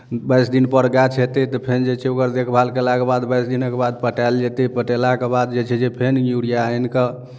बाइस दिनपर गाछ हेतै तऽ फेर जे छै ओकर देखभाल कयलाके बाद बाइस दिनक बाद पटायल जेतै पटेलाके बाद जे छै जे फेर यूरिया आनि कऽ